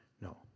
No